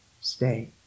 stay